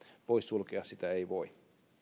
poissulkea sitä ei voi